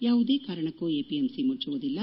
ಯಾವುದೇ ಕಾರಣಕ್ಕೂ ಎಪಿಎಂಸಿ ಮುಚ್ಚುವುದಿಲ್ಲ